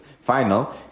final